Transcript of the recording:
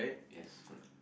yes correct